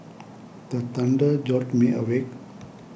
the thunder jolt me awake